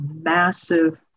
massive